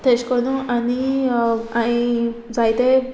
तेशे कोन्नू आनी हांवें जायते